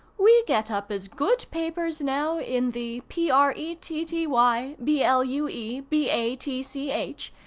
we get up as good papers now in the p. r. e. t. t. y. b. l. u. e. b. a. t. c. h.